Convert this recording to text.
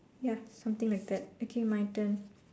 ya something like that okay my turn